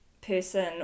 person